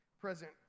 present